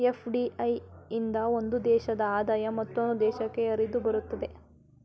FDI ಇಂದ ಒಂದು ದೇಶದ ಆದಾಯ ಮತ್ತೊಂದು ದೇಶಕ್ಕೆ ಹರಿದುಬರುತ್ತದೆ